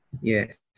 Yes